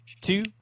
two